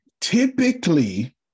Typically